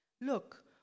Look